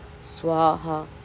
Swaha